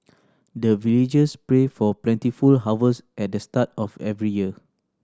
the villagers pray for plentiful harvest at the start of every year